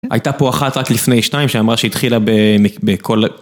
הייתה פה אחת רק לפני שתיים שאמרה שהתחילה בכל.